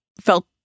felt